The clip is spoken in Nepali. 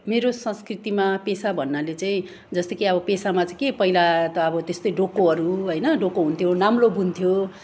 मेरो संस्कृतिमा पेसा भन्नाले चाहिँ जस्तो कि अब पेसामा चाहिँ के पहिला त अब त्यस्तै डोकोहरू होइन डोको हुन्थ्यो नाम्लो बुन्थ्यो